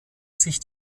sich